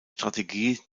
strategie